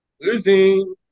Losing